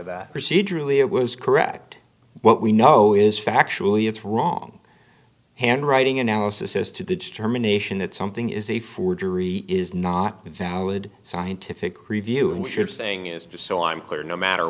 that procedurally it was correct what we know is factually it's wrong handwriting analysis as to the determination that something is a forgery is not valid scientific review and ship saying is just so i'm clear no matter